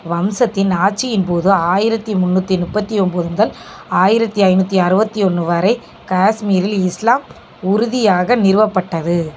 வம்சத்தின் ஆட்சியின் போது ஆயிரத்து முந்நூற்றி முப்பத்து ஒம்பது முதல் ஆயிரத்து ஐநூற்றி அறுபத்தி ஒன்று வரை காஷ்மீரில் இஸ்லாம் உறுதியாக நிறுவப்பட்டது